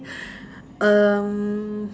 um